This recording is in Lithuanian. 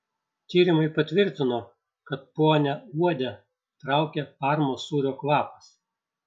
tyrimai patvirtino kad ponią uodę traukia parmos sūrio kvapas